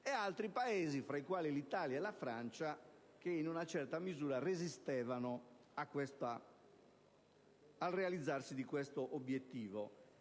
dall'altra, Paesi, tra i quali Italia e Francia, che in una certa misura resistevano al realizzarsi di questo obiettivo.